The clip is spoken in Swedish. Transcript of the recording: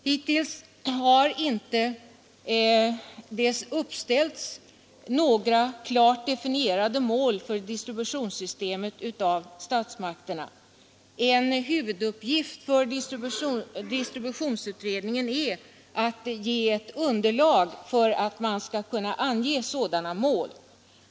Hittills har det inte uppställts några klart definierade mål för distributionssystemet av statsmakterna. En huvuduppgift för distributionsutredningen är att ge ett underlag för att man skall kunna ange sådana mål.